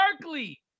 Berkeley